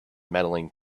medaling